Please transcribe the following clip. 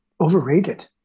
Overrated